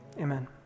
Amen